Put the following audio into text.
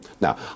now